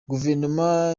guverinoma